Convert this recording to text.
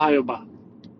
obhajoba